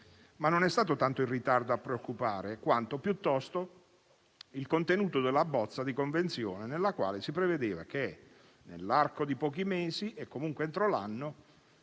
ma non è stato tanto il ritardo a preoccupare, quanto piuttosto il contenuto della bozza di convenzione nella quale si prevedeva che, nell'arco di pochi mesi e comunque entro l'anno,